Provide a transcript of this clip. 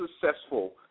successful